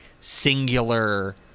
singular